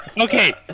Okay